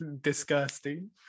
disgusting